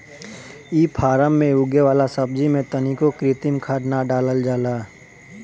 इ फार्म में उगे वाला सब्जी में तनिको कृत्रिम खाद ना डालल जाला